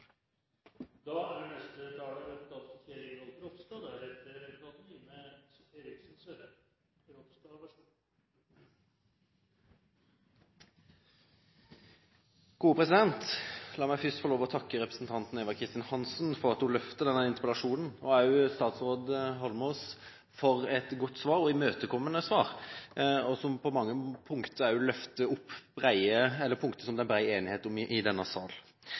La meg først får lov til å takke representanten Eva Kristin Hansen for at hun reiser denne interpellasjonen, og statsråd Eidsvoll Holmås for et godt og imøtekommende svar, som løfter opp mange punkter som det er bred enighet om i denne sal.